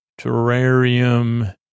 terrarium